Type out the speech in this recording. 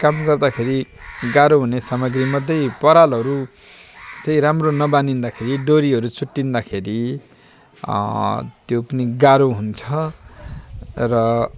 काम गर्दाखेरि गाह्रो हुने सामग्रीहरूमध्ये परालहरू चाहिँ राम्रो नबाँधिदाखेरि डोरीहरू चुडिँदाखेरि त्यो पनि गाह्रो हुन्छ र